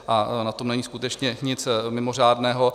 Na tom není skutečně nic mimořádného.